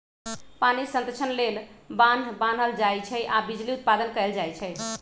पानी संतक्षण लेल बान्ह बान्हल जाइ छइ आऽ बिजली उत्पादन कएल जाइ छइ